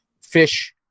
fish